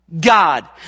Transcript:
God